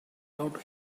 around